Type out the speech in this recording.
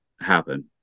happen